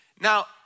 Now